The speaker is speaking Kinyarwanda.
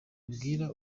ubwira